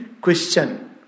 question